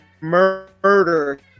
murder